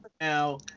Now